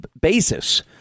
basis